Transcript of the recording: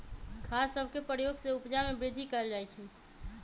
खाद सभके प्रयोग से उपजा में वृद्धि कएल जाइ छइ